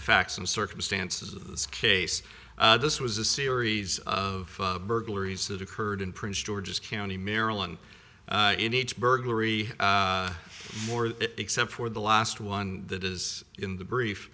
the facts and circumstances of this case this was a series of burglaries that occurred in prince george's county maryland in each burglary more except for the last one that is in the brief